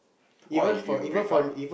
what if you break up